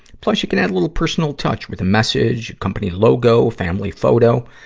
plus, you can add a little personal touch with a message, company logo, family photo.